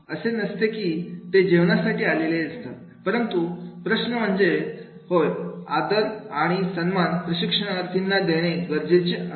असं नसते कि ते जेवणासाठी आलेली नसतात परंतु प्रश्न म्हणजे होय आदर आणि सन्मान प्रशिक्षणार्थींना देणे गरजेचे असते